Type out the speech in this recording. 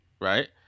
right